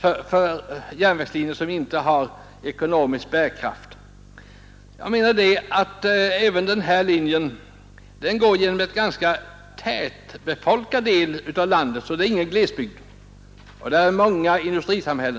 till järnvägslinjer utan ekonomisk bärkraft. Jag vill peka på att den nu aktuella järnvägslinjen går genom en ganska tätbefolkad landsdel — det är inte fråga om någon glesbygd — och där finns många industrisamhällen.